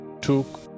took